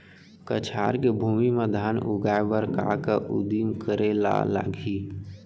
कछार के भूमि मा धान उगाए बर का का उदिम करे ला लागही?